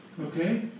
okay